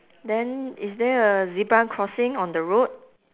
then is there a zebra crossing on the road